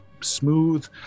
smooth